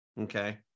Okay